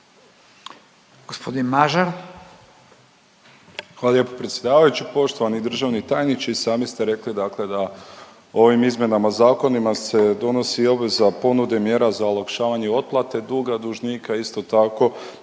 Hvala lijepo predsjedavajući. Poštovani državni tajniče i sami ste rekli dakle da ovim izmjenama zakonima se donosi obveza ponude mjera za olakšavanje otplate duga dužnika. Isto tako